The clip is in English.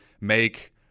make